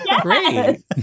Great